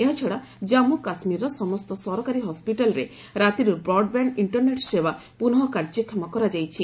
ଏହାଛଡ଼ା କାମ୍ମ କାଶ୍ୱୀରର ସମସ୍ତ ସରକାରୀ ହସ୍କିଟାଲ୍ରେ ରାତିରୁ ବ୍ରଡ୍ବ୍ୟାଣ୍ଡ ଇକ୍ଷରନେଟ୍ ସେବା ପୁନଃ କାର୍ଯ୍ୟକ୍ଷମ କରାଯାଇଛି